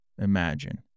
imagine